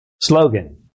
slogan